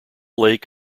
lake